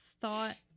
thought